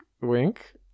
wink